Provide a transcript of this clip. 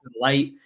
Light